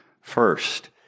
First